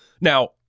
Now